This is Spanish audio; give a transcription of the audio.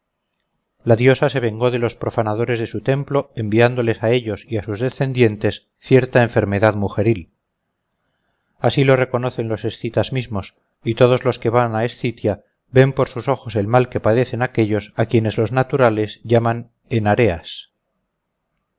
la diosa se vengó de los profanadores de su templo enviándoles a ellos y a sus descendientes cierta enfermedad mujeril así lo reconocen los escitas mismos y todos los que van a la escitia ven por sus ojos el mal que padecen aquellos a quienes los naturales llaman enareas